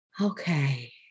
Okay